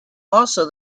also